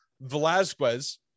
Velazquez